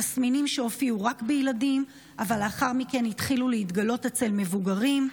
תסמינים שהופיעו רק בילדים אבל לאחר מכן התחילו להתגלות אצל מבוגרים.